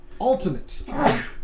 Ultimate